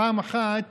פעם אחת